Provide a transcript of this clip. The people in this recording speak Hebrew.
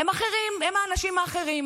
הם אחרים, הם האנשים האחרים.